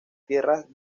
tierras